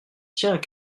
tiens